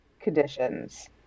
conditions